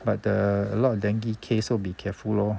but the a lot of dengue case so be careful lor